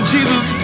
Jesus